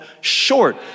short